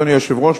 אדוני היושב-ראש,